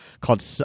called